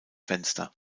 fenster